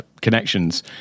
connections